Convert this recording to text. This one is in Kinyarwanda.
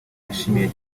yashimiye